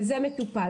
וזה מטופל.